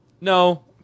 No